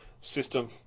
system